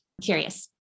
curious